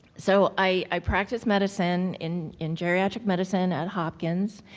so, i practiced medicine in in geriatric medicine at hopkins